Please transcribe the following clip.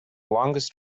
longest